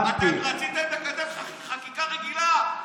אתם רציתם לקדם חקיקה רגילה,